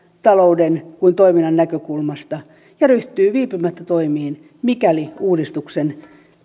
talouden kuin toiminnan näkökulmasta ja ryhtyy viipymättä toimiin mikäli uudistuksen